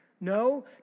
No